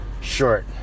short